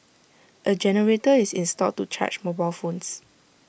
A generator is installed to charge mobile phones